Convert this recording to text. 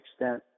extent